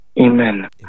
Amen